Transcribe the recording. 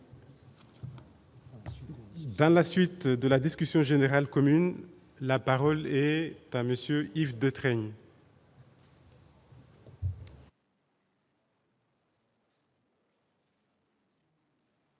Dans la suite de la discussion générale commune, la parole est à M. Yves Détraigne.